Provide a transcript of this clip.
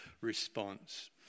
response